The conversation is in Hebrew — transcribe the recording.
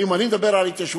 אם אני מדבר על התיישבות,